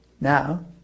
now